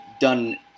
done